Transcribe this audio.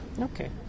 Okay